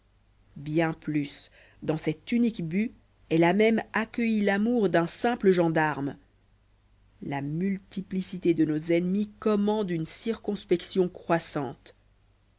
bien plus dans cet unique but elle a même accueilli l'amour d'un simple gendarme la multiplicité de nos ennemis commande une circonspection croissante